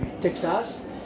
Texas